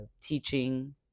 teaching